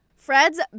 Fred's